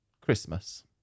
Christmas